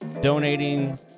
donating